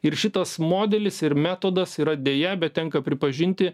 ir šitas modelis ir metodas yra deja bet tenka pripažinti